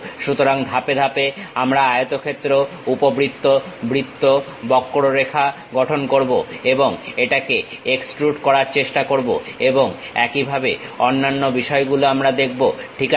সুতরাং ধাপে ধাপে আমরা আয়তক্ষেত্র উপবৃত্ত বৃত্ত বক্ররেখা গঠন করবো এবং এটাকে এক্সট্রুড করার চেষ্টা করব এবং একই ভাবে অন্যান্য বিষয়গুলো আমরা দেখবো ঠিক আছে